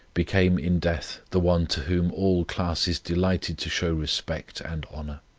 became in death the one to whom all classes delighted to show respect and honour.